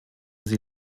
sie